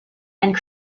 and